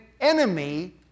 enemy